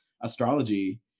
astrology